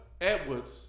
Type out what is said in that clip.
Edwards